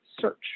search